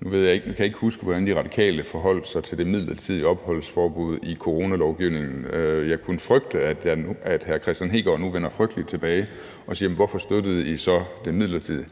Nu kan jeg ikke huske, hvordan De Radikale forholdt sig til det midlertidige opholdsforbud i coronalovgivningen. Jeg kunne frygte, at hr. Kristian Hegaard nu vender frygteligt tilbage og siger: Hvorfor støttede I så det midlertidige